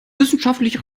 wissenschaftlich